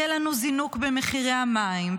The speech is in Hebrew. יהיה לנו זינוק במחירי המים,